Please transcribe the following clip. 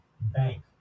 bank